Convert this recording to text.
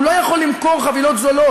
הוא לא יכול למכור חבילות זולות.